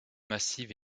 massive